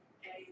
hey